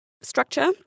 structure